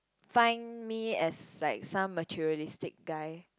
find me as like some materialistic guy